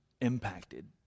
impacted